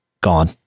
gone